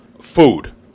food